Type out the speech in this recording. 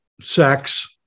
sex